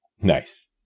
Nice